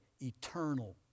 eternal